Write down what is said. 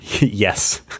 Yes